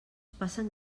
passen